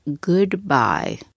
goodbye